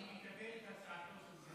אני מקבל את הצעתו של סגן השר.